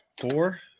Four